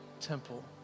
Temple